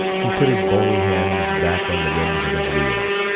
he put his bony hands back on the rims of his wheels.